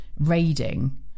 raiding